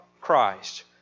Christ